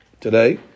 today